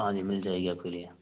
हाँ जी मिल जाएगी आपके लिए